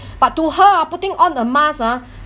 but to her putting on a mask ah